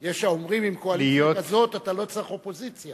יש האומרים: עם קואליציה כזאת אתה לא צריך אופוזיציה.